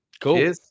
Cool